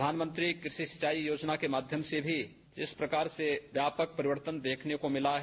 प्रधानमंत्री कृषि सिंचाई योजना के माध्यम से भी इस प्रकार से व्यापक परिवर्तन देखने को मिला है